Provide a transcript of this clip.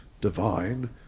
divine